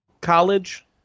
college